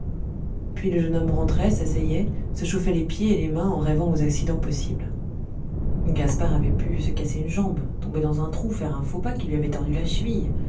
puis le jeune homme rentrait s'asseyait se chauffait les pieds et les mains en rêvant aux accidents possibles gaspard avait pu se casser une jambe tomber dans un trou faire un faux pas qui lui avait tordu la cheville